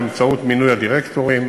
באמצעות מינוי הדירקטורים.